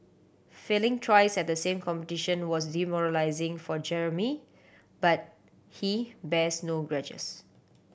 failing twice at the same competition was demoralising for Jeremy but he bears no grudges